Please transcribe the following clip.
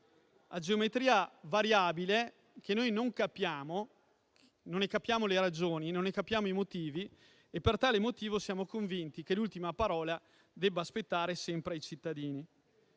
a geometria variabile, che noi non capiamo. Non ne capiamo le ragioni e, per tale motivo, siamo convinti che l'ultima parola debba aspettare sempre ai cittadini.